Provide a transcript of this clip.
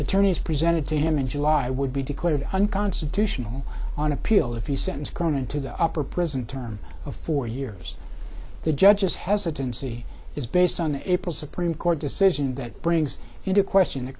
attorneys presented to him in july would be declared unconstitutional on appeal if he sentenced going into the upper prison term of four years the judge just hesitancy is based on the april supreme court decision that brings into question the